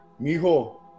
mijo